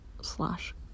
slash